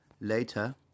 later